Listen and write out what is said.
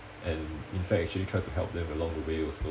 and in fact actually try to help them along the way also